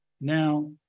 now